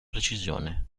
precisione